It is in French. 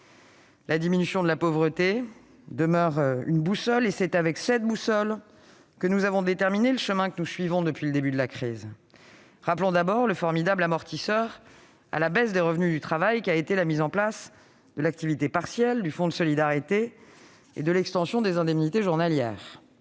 La diminution de la pauvreté demeure pour nous une boussole, et c'est avec cette boussole que nous avons déterminé le chemin que nous suivons depuis le début de la crise. Rappelons tout d'abord le formidable amortisseur de la baisse des revenus du travail qu'ont représenté la mise en place de l'activité partielle, celle du fonds de solidarité et l'extension des indemnités journalières.